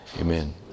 Amen